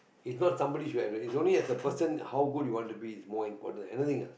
is not somebody should have is only as a person how good you want to be is more important that's the thing